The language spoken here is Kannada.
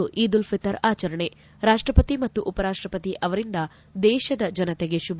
ಇಂದು ಈದ್ ಉಲ್ ಫಿತರ್ ಆಚರಣೆ ರಾಷ್ಟಪತಿ ಮತ್ತು ಉಪರಾಷ್ಟಪತಿ ಅವರಿಂದ ದೇಶದ ಜನತೆಗೆ ಶುಭ